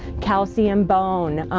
calcium bone,